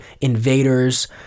invaders